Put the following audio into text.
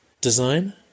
design